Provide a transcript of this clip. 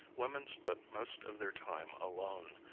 women spent most of their time alone.